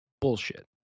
bullshit